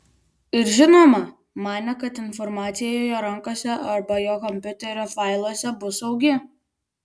ir žinoma manė kad informacija jo rankose arba jo kompiuterio failuose bus saugi